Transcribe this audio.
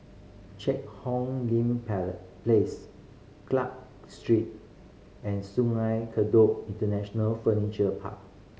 Cheang Hong Lim Place Clarke Street and Sungei Kadut International Furniture Park